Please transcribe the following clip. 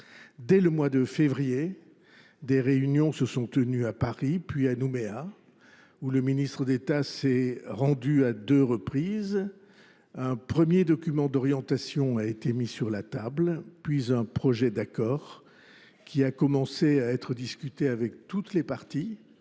Dès le mois de février, des réunions se sont tenues, à Paris, puis à Nouméa, où le ministre d’État s’est rendu à deux reprises. Un premier document d’orientation a été mis sur la table, puis un projet d’accord, dont toutes les parties